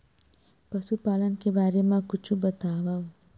पशुपालन के बारे मा कुछु बतावव?